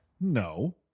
no